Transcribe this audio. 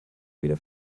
wieder